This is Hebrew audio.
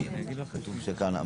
בבקשה.